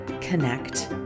connect